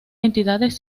entidades